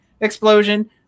explosion